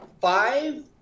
five